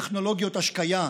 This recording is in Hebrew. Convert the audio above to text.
טכנולוגיות השקיה,